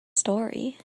story